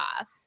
Off